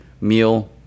Meal